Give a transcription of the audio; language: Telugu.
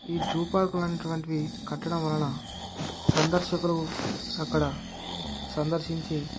ఈ జూపార్క్లు అనేటటువంటివి కట్టడం వలన సందర్శకులు అక్కడ సందర్శించి